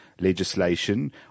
legislation